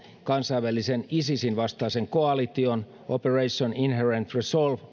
kansainvälisen isisin vastaisen koalition operation inherent resolve